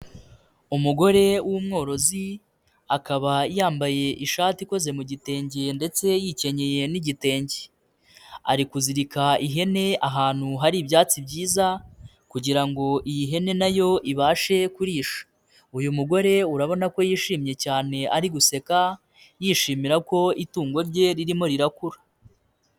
Umugore w'umworozi, akaba yambaye ishati ikoze mu gitenge ndetse yikenyeye n'igitenge. Ari kuzirika ihene ahantu hari ibyatsi byiza kugira ngo iyi hene na yo ibashe kurisha. Uyu mugore urabona ko yishimye cyane ari guseka, yishimira ko itungo rye ririmo rirakura.